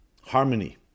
Harmony